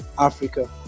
Africa